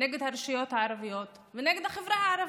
נגד הרשויות הערביות ונגד החברה הערבית.